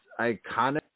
iconic